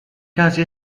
casi